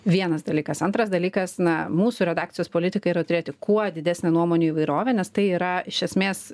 vienas dalykas antras dalykas na mūsų redakcijos politika yra turėti kuo didesnė nuomonių įvairovė nes tai yra iš esmės